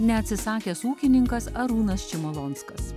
neatsisakęs ūkininkas arūnas čimolonskas